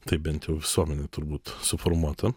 taip bent jau visuomenė turbūt suformuota